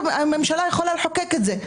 הממשלה יכולה לחוקק את זה.